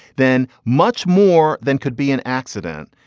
then much more than could be an accident.